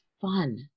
fun